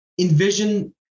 envision